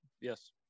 Yes